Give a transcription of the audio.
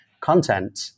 content